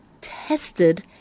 tested